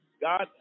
God